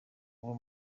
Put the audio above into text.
baba